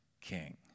king